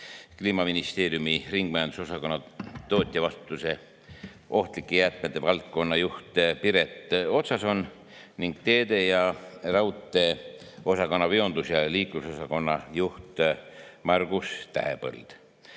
Kliimaministeeriumi ringmajanduse osakonna tootjavastutuse ja ohtlike jäätmete valdkonna juht Piret Otsason ning teede‑ ja raudteeosakonna veondus‑ ja liiklus[valdkonna] juht Margus Tähepõld.